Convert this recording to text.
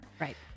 Right